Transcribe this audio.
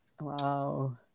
Wow